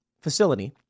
facility